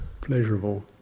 pleasurable